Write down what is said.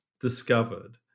discovered